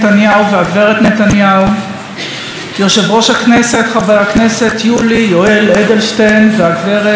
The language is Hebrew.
יושב-ראש הכנסת חבר הכנסת יולי יואל אדלשטיין והגברת אירינה נבזלין,